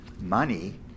money